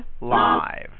live